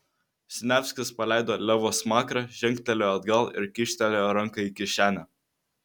siniavskis paleido levo smakrą žengtelėjo atgal ir kyštelėjo ranką į kišenę